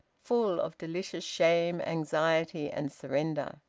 full of delicious shame, anxiety, and surrender.